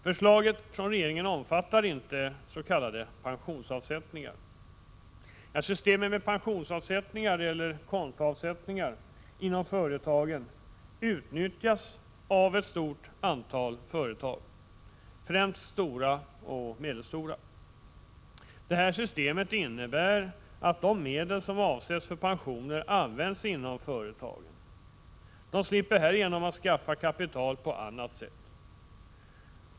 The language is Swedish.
Förslaget från regeringen omfattar inte s.k. pensionsavsättningar. Systemet med pensionsavsättningar — eller kontoavsättningar — inom företagen utnyttjas av ett stort antal företag, främst stora och medelstora sådana. Detta system innebär att de medel som avsätts för pensioner används inom företagen. De slipper härigenom att skaffa kapital på annat sätt.